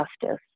justice